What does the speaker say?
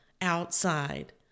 outside